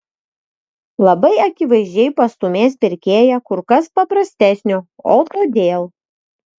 labai akivaizdžiai pastūmės pirkėją kur kas paprastesnio o todėl